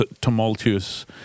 tumultuous